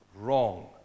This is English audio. wrong